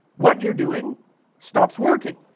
what you are doing stops working